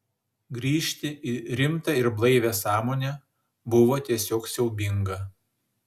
grįžti į rimtą ir blaivią sąmonę buvo tiesiog siaubinga